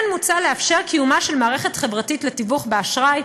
כן מוצע לאפשר קיומה של מערכת חברתית לתיווך באשראי,